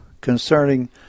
concerning